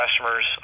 customers